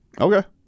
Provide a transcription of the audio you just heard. Okay